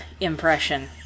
impression